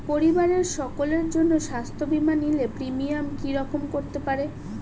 পরিবারের সকলের জন্য স্বাস্থ্য বীমা নিলে প্রিমিয়াম কি রকম করতে পারে?